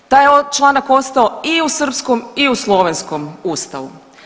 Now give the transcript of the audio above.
Taj je članak ostao i u srpskom i slovenskom Ustavu.